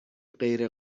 غیر